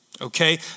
Okay